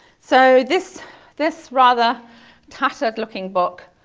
so, this this rather tattered looking book,